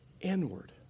Inward